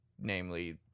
namely